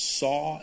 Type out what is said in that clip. saw